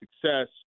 success